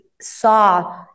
saw